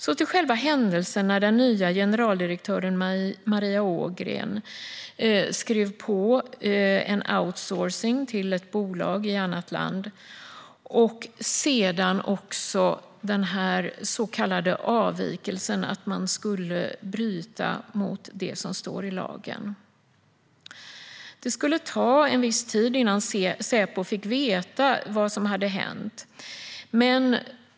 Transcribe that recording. Så till själva händelsen där den nya generaldirektören Maria Ågren skrev på för en outsourcing till ett bolag i annat land och sedan också den så kallade avvikelsen att man skulle bryta mot det som står i lagen. Det skulle ta en viss tid innan Säpo fick veta vad som hade hänt.